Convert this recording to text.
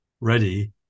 ready